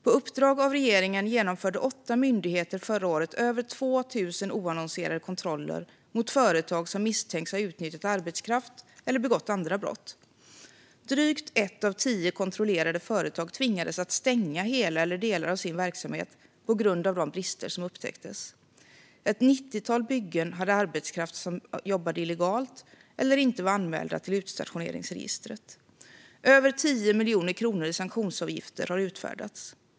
På uppdrag av regeringen genomförde åtta myndigheter förra året över 2 000 oannonserade kontroller mot företag som misstänks ha utnyttjat arbetskraft eller begått andra brott. Drygt ett av tio kontrollerade företag tvingades att stänga hela eller delar av sin verksamhet på grund av de brister som upptäcktes. Ett nittiotal byggen hade arbetskraft som jobbade illegalt eller inte var anmälda till utstationeringsregistret. Över 10 miljoner kronor i sanktionsavgifter har utfärdats.